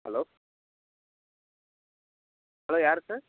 hello hello யார் sir